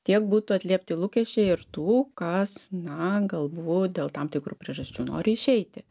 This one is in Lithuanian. tiek būtų atliepti lūkesčiai ir tų kas na galbūt dėl tam tikrų priežasčių nori išeiti